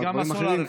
גם דברים אחרים.